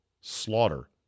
slaughter